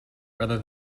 rather